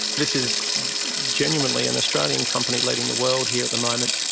this is genuinely an australian company leading the world here at the moment,